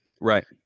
right